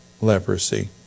leprosy